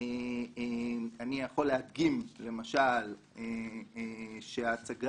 אני יכול להדגים, למשל, שההצגה